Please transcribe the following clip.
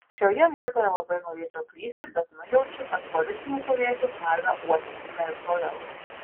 šioje vietoje labai norėčiau klysti bet nujaučiu kad politinių puvėsių smarvę uostysime ir toliau